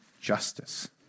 justice